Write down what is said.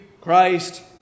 Christ